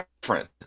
different